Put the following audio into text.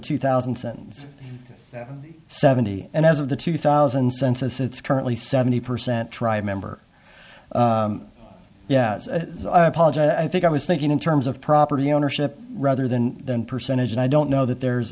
two thousand and seventy and as of the two thousand census it's currently seventy percent try member yeah i apologize i think i was thinking in terms of property ownership rather than percentage and i don't know that there's